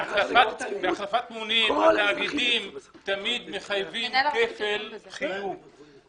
בהחלפת מונה, התאגידים תמיד מחייבים כסף חיוב.